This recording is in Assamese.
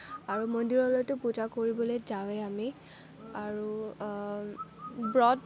আৰু মন্দিৰলৈতো পূজা কৰিবলৈ যাওঁৱেই আমি আৰু ব্ৰত